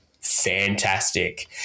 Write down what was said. Fantastic